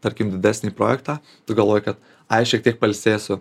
tarkim didesnį projektą tu galvoji kad jei šiek tiek pailsėsiu